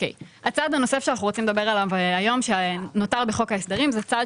הצעד הנוסף שאנחנו רוצים לדבר עליו היום שנותר בחוק ההסדרים זה צעד